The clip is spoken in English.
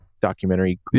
documentary